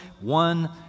One